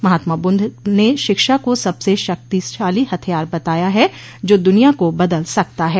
महात्मा बुद्ध ने शिक्षा को सबसे शक्तिशाली हथियार बताया है जो दुनिया को बदल सकता है